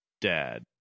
dad